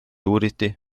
uuriti